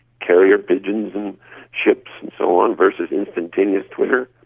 carrier pigeons and ships and so on versus instantaneous twitter.